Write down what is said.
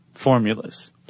formulas